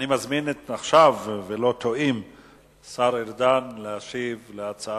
אני מזמין עכשיו את השר ארדן להשיב על ההצעות